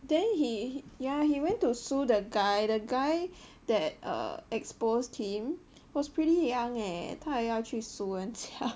then he yeah he went to sue the guy the guy that err exposed him was pretty young eh 他还要去 sue 人家